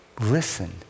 listen